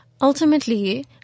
ultimately